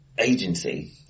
Agency